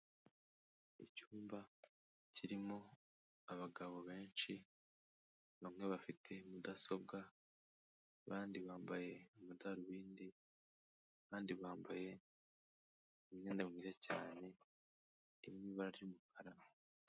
Icyumba kirimo abagabo benshi, bamwe bafite mudasobwa, abandi bambaye amadarubindi, abandi bambaye imyenda myiza cyane, iri mu ibara ry'umukara.